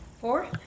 Four